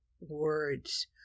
words